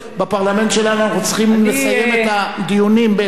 בפרלמנט שלנו אנחנו צריכים לסיים את הדיונים באיזה שלב.